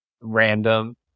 random